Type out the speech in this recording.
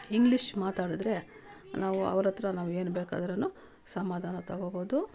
English ಮಾತಾಡಿದ್ರೆ ನಾವು ಅವ್ರ ಹತ್ರ ನಾವು ಏನು ಬೇಕಾದ್ರೂ ಸಮಾಧಾನ ತಗೊಳ್ಬೋದು